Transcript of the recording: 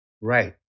Right